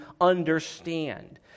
understand